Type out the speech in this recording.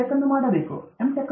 tech ಅನ್ನು ಮಾಡಬೇಕು ನಿಮ್ಮ M